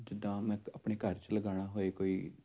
ਜਿੱਦਾਂ ਮੈਂ ਆਪਣੇ ਘਰ 'ਚ ਲਗਾਉਣਾ ਹੋਏ ਕੋਈ